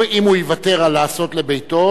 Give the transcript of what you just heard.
אבל אם הוא יוותר על לעשות לביתו,